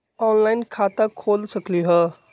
Online खाता खोल सकलीह?